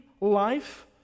life